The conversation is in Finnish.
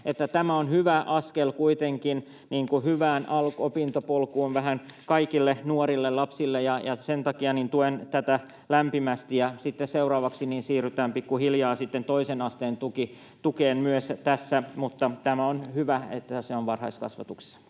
tämä on hyvä askel kuitenkin hyvään opintopolkuun vähän kaikille nuorille lapsille, ja sen takia tuen tätä lämpimästi. Sitten seuraavaksi siirrytään pikkuhiljaa toisen asteen tukeen myös tässä. On hyvä, että se on varhaiskasvatuksessa.